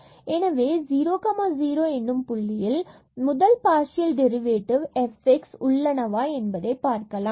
எனவே 00 எனும் புள்ளியில் முதல் பார்சியல் டெரிவேட்டிவ் fx உள்ளனவா என்பதை பார்க்கலாம்